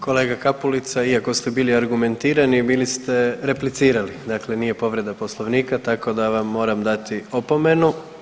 Kolega Kapulica, iako ste bili argumentirani bili ste replicirali, dakle nije povreda Poslovnika, tako da vam moram dati opomenu.